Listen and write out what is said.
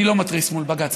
אני לא מתריס מול בג"ץ,